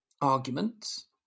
arguments